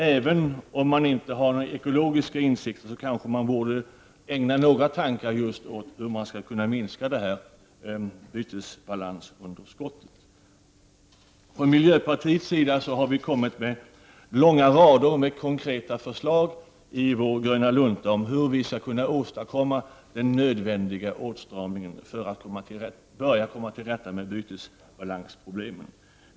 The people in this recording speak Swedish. Även om man inte har några ekologiska insikter borde man ägna några tankar åt hur man skall kunna minska bytesbalansunderskottet. Miljöpartiet har kommit med långa rader av konkreta förslag. I vår gröna lunta har vi visat hur man skall kunna åstadkomma den nödvändiga åtstramningen för att börja komma till rätta med bytesbalansproblemen.